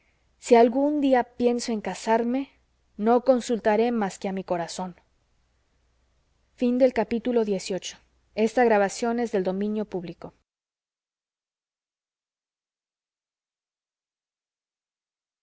si algún día pienso en casarme no consultaré más que a mi corazón